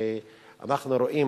ואנחנו רואים,